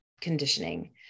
conditioning